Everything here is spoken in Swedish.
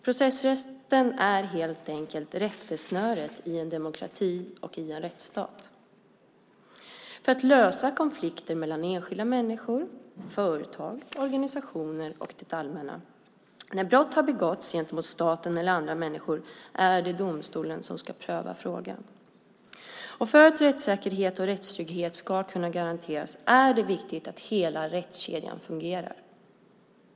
Processrätten är helt enkelt rättesnöret i en demokrati och i en rättsstat för att lösa konflikter mellan enskilda människor, företag, organisationer och det allmänna. När brott har begåtts gentemot staten eller andra människor är det domstolen som ska pröva frågan. För att rättssäkerhet och rättstrygghet ska kunna garanteras är det viktigt att hela rättskedjan fungerar.